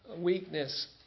Weakness